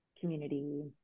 community